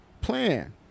plan